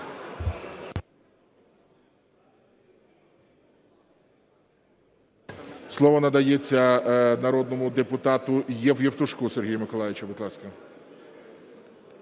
Слово надається народному депутату Євтушку Сергію Миколайовичу,